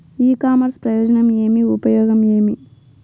ఇ commerce ప్రయోజనం ఏమి? ఉపయోగం ఏమి?